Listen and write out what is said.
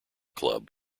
club